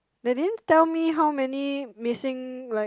they didn't tell me how many missing like